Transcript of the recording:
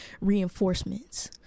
reinforcements